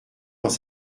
dans